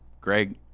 Greg